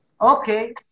Okay